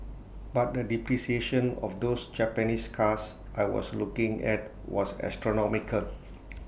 but the depreciation of those Japanese cars I was looking at was astronomical